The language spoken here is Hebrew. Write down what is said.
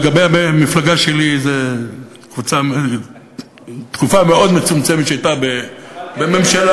לגבי המפלגה שלי זו תקופה מאוד מצומצמת שהיא הייתה בממשלה.